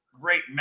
great